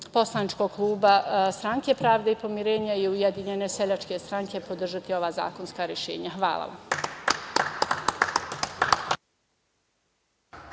poslaničkog kluba Stranke pravde i pomirenja i Ujedinjene seljačke stranke podržati ova zakonska rešenja. Hvala.